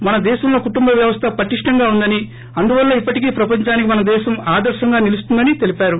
మన దేశంలో కుటుంబ వ్యవస్థ పటిష్టంగా ఉందని అందువల్లే ఇప్పటికీ ప్రపంచానికి మనదేశం ఆదర్శంగా నిలుస్తోందని తెలిపారు